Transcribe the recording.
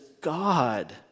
God